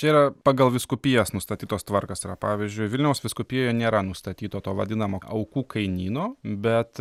čia yra pagal vyskupijas nustatytos tvarkos yra pavyzdžiui vilniaus vyskupijoje nėra nustatyto to vadinamo aukų kainyno bet